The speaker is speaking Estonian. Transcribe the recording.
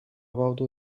kaudu